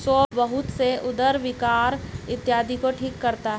सौंफ बहुत से उदर विकार इत्यादि को ठीक करता है